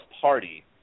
Party